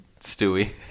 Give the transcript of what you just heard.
Stewie